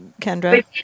Kendra